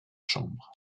chambre